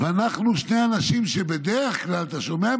"ואנחנו שני אנשים" שבדרך כלל, אתה שומע?